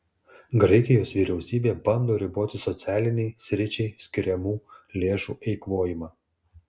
graikijos vyriausybė bando riboti socialiniai sričiai skiriamų lėšų eikvojimą